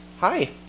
Hi